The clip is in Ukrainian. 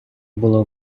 було